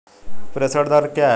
प्रेषण दर क्या है?